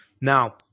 now